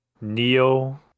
Neo